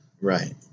Right